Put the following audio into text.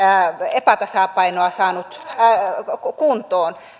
epätasapainoa saanut kuntoon